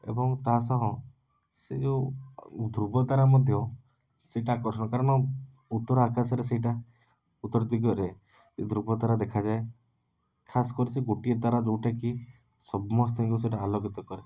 ଏବଂ ତା' ସହ ସେ ଯେଉଁ ଧୃବତାରା ମଧ୍ୟ ସେଇଟା ଆକର୍ଷଣ କାରଣ ଉତ୍ତର ଆକାଶରେ ସେଇଟା ଉତ୍ତର ଦିଗରେ ଧୃବତାରା ଦେଖାଯାଏ ଖାସ୍ କରି ସେଇ ଗୋଟିଏ ତାରା ଯେଉଁଟାକି ସମସ୍ତଙ୍କୁ ସେଇଟା ଆଲୋକିତ କରେ